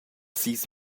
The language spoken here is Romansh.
sis